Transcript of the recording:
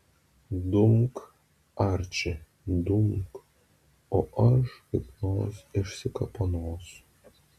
dumk arči dumk o aš kaip nors išsikapanosiu